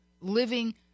living